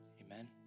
Amen